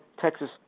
Texas